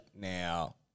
Now